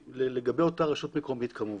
לגבי אותה רשות מקומית כמובן.